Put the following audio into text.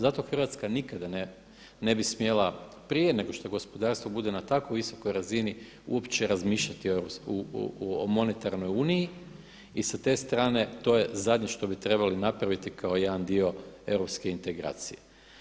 Zato Hrvatska nikada ne bi smjela, prije nego što gospodarstvo bude na tako visokoj razini uopće razmišljati o monetarnoj uniji i sa te strane to je zadnje što bi trebali napraviti kao jedan dio europske integracije.